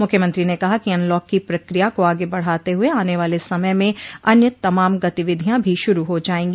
मुख्यमंत्री ने कहा कि अनलॉक की प्रकिया को आगे बढ़ाते हुए आने वाले समय में अन्य तमाम गतिविधियां भी शुरू हो जायेंगी